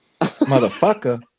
motherfucker